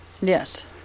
Yes